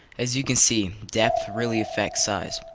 as you can see, depth really effects size.